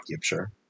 sure